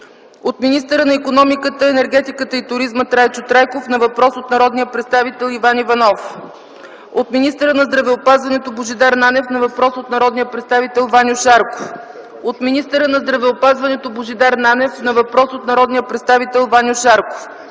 от министъра на икономиката, енергетиката и туризма Трайчо Трайков на въпрос от народния представител Иван Иванов; - от министъра на здравеопазването Божидар Нанев на въпрос от народния представител Ваньо Шарков; - от министъра на здравеопазването Божидар Нанев на въпрос от народния представител Ваньо Шарков;